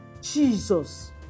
Jesus